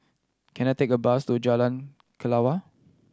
can I take a bus to Jalan Kelawar